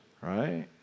right